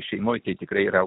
šeimoje tikrai yra